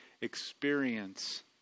experience